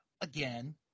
again